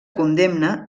condemna